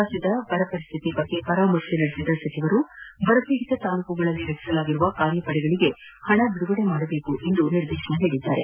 ರಾಜ್ಯದಲ್ಲಿನ ಬರ ಪರಿಸ್ತಿತಿ ಕುರಿತು ಪರಾಮರ್ಶೆ ನಡೆಸಿರುವ ಸಚಿವರು ಬರ ಪೀದಿತ ತಾಲೂಕುಗಳಲ್ಲಿ ರಚಿಸಲಾಗಿರುವ ಕಾರ್ಯಪಡೆಗಳಿಗೆ ಹಣ ಬಿದುಗಡೆ ಮಾಡುವಂತೆ ನಿರ್ದೇಶನ ನೀಡಿದ್ದಾರೆ